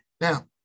Now